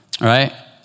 right